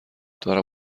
دارم